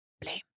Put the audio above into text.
BLAME